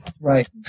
Right